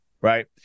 Right